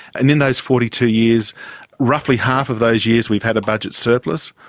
and in those forty two years roughly half of those years we've had a budget surplus,